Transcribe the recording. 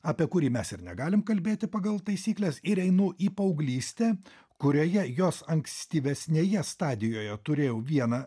apie kurį mes ir negalim kalbėti pagal taisykles ir einu į paauglystę kurioje jos ankstyvesnėje stadijoje turėjau vieną